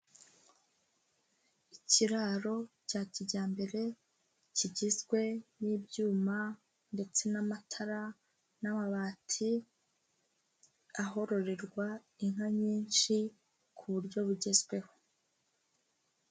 Ikiraro cya kijyambere, kigizwe n'ibyuma ndetse n'amatara n'amabati, ahororerwa inka nyinshi, ku buryo bugezweho.